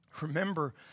remember